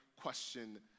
question